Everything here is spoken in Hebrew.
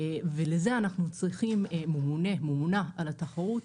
לשם כך אנחנו צריכים ממונה על התחרות,